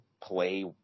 play